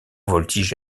voltige